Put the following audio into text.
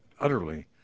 utterly